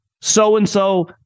so-and-so